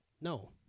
No